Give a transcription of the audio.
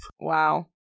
Wow